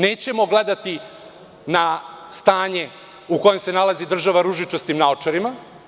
Nećemo gledati na stanje u kojem se nalazi država ružičastim naočarima.